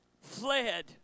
fled